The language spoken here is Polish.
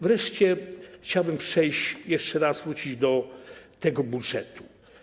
Wreszcie chciałbym przejść, jeszcze raz wrócić do tego budżetu.